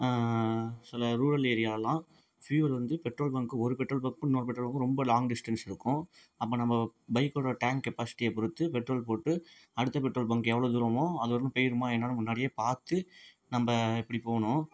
சில ரூரல் ஏரியாவெலாம் ஃப்யூவல் வந்து பெட்ரோல் பங்க்கு ஒரு பெட்ரோல் பங்க்கும் இன்னோரு பெட்ரோல் பங்க்கும் ரொம்ப லாங் டிஸ்டன்ஸஸில் இருக்கும் அப்போ நம்ப பைக்கோடய டேங்க் கெப்பாசிட்டியைப் பொறுத்து பெட்ரோல் போட்டு அடுத்த பெட்ரோல் பங்க் எவ்வளோ தூரமோ அது வரையிலும் போயிடுமா என்னான்னு முன்னாடியேப் பார்த்து நம்ப இப்படி போகணும்